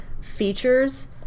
features